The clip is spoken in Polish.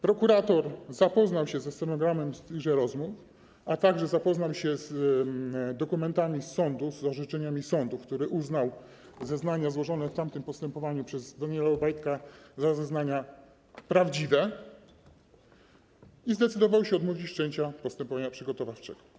Prokurator zapoznał się ze stenogramem tychże rozmów, a także zapoznał się z dokumentami z sądu, z orzeczeniami sądu, który uznał zeznania złożone w tamtym postępowaniu przez Daniela Obajtka za zeznania prawdziwe i zdecydował się odmówić wszczęcia postępowania przygotowawczego.